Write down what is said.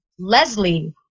Leslie